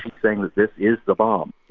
saying that this is the bomb